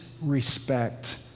respect